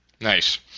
Nice